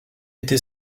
été